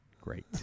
Great